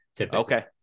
okay